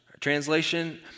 Translation